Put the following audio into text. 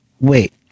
wait